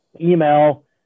email